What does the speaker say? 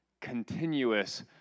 continuous